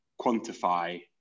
quantify